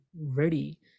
ready